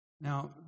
Now